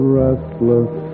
restless